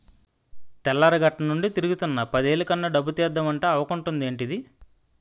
తెల్లారగట్టనుండి తిరుగుతున్నా పదేలు కన్నా డబ్బు తీద్దమంటే అవకుంటదేంటిదీ?